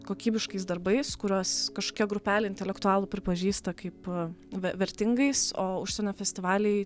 kokybiškais darbais kuriuos kažkokia grupelė intelektualų pripažįsta kaip ve vertingais o užsienio festivaliai